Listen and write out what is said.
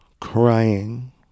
crying